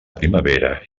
primavera